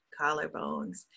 collarbones